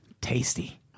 Tasty